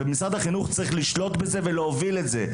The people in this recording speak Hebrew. ומשרד החינוך צריך לשלוט בזה ולהוביל את זה,